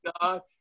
God